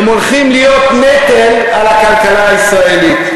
הם הולכים להיות נטל על הכלכלה הישראלית,